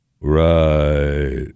Right